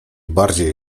bardziej